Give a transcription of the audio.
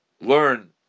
learn